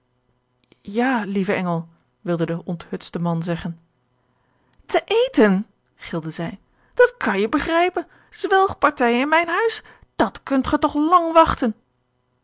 ja lieve engel wilde de onthutste man zeggen ten eten gilde zij dat kan je begrijpen zwelgpartijen in mijn huis dan kunt ge toch lang wachten